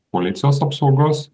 policijos apsaugos